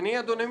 אני, אדוני,